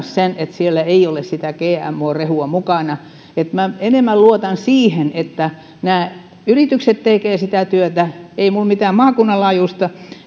sen että siellä ei ole gmo rehua mukana minä luotan enemmän siihen että nämä yritykset tekevät sitä työtä ei minulla ole mitään maakunnan laajuista